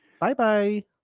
Bye-bye